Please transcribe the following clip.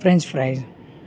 French fries